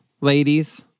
ladies